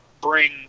bring